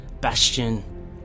bastion